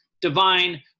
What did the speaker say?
divine